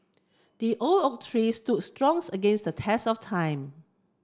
the oak tree stood strong against the test of time